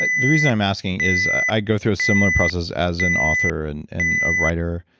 but the reason i'm asking is, i go through a similar process as an author and and a writer.